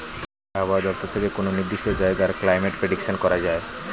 আবহাওয়া দপ্তর থেকে কোনো নির্দিষ্ট জায়গার ক্লাইমেট প্রেডিকশন করা যায়